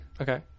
Okay